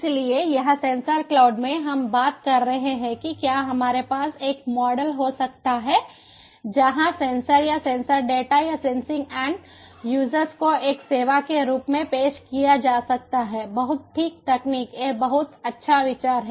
इसलिए यहां sensor cloud में हम बात कर रहे हैं कि क्या हमारे पास एक मॉडल हो सकता है जहां सेंसर या सेंसर डेटा या सेंसिंग एंड यूजर्स को एक सेवा के रूप में पेश किया जा सकता है बहुत ठीक तकनीक एक बहुत अच्छा विचार है